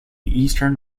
eastern